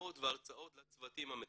סדנאות והרצאות לצוותים המטפלים,